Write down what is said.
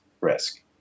risk